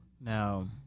Now